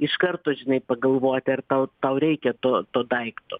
iš karto žinai pagalvoti ar tau tau reikia to to daikto